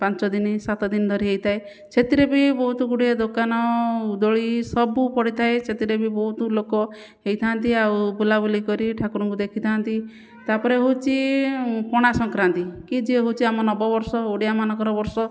ପାଞ୍ଚଦିନ ସାତଦିନ ଧରି ହୋଇଥାଏ ସେଥିରେ ବି ବହୁତ ଗୁଡ଼ିଏ ଦୋକାନ ଦୋଳି ସବୁ ପଡ଼ିଥାଏ ସେଥିରେ ବି ବହୁତ ଲୋକ ହୋଇଥାନ୍ତି ଆଉ ବୁଲାବୁଲି କରି ଠାକୁରଙ୍କୁ ଦେଖିଥାନ୍ତି ତା'ପରେ ହେଉଛି ପଣାସଂକ୍ରାନ୍ତି କି ଯିଏ ହେଉଛି ଆମ ନବବର୍ଷ ଓଡ଼ିଆ ମାନଙ୍କର ବର୍ଷ